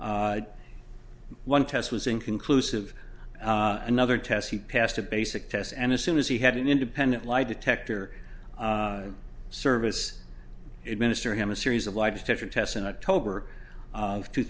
report one test was inconclusive another test he passed a basic test and as soon as he had an independent lie detector service it minister him a series of lie detector tests in october of two